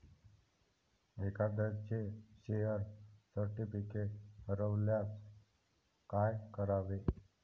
एखाद्याचे share certificate हरवल्यास काय करावे?